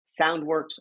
Soundworks